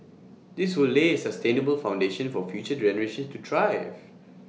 this will lay A sustainable foundation for future generations to thrive